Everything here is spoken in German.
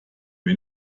wir